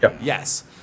yes